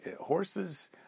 Horses